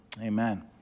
Amen